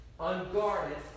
unguarded